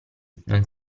non